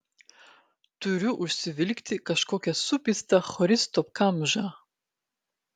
turiu užsivilkti kažkokią supistą choristo kamžą